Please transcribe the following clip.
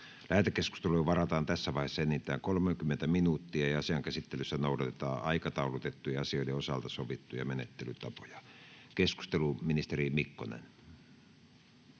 Lähetekeskustelulle varataan tässä vaiheessa enintään 30 minuuttia, ja asian käsittelyssä noudatetaan aikataulutettujen asioiden osalta sovittuja menettelytapoja. — Keskustelu, ministeri Mikkonen.